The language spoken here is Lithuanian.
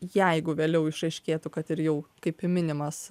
jeigu vėliau išaiškėtų kad ir jau kaip i minimas